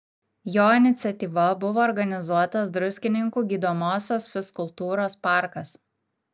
jo iniciatyva buvo organizuotas druskininkų gydomosios fizkultūros parkas